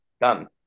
Done